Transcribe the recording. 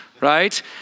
right